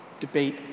Debate